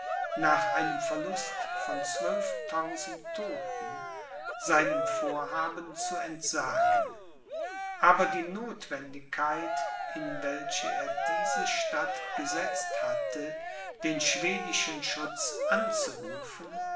nach einem verlust von zwölftausend todten seinem vorhaben zu entsagen aber die nothwendigkeit in welche er diese stadt gesetzt hatte den schwedischen schutz anzurufen